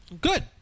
Good